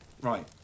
Right